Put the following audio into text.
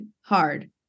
hard